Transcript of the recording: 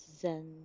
zen